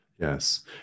Yes